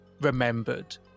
remembered